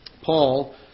Paul